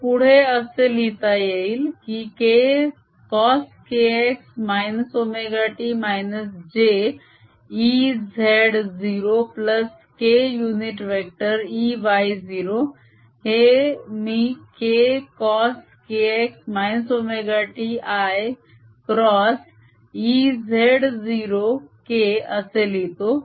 हे पुढे असे लिहिता येईल की k cos kx ωt jEz0k unit vector Ey0 हे मी k cos kx ωt i cross Ez0k असे लिहितो